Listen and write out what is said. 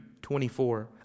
24